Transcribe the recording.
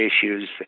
issues